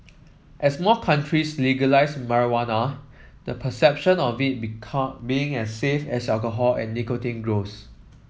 as more countries legalise marijuana the perception of it being as safe as alcohol and nicotine grows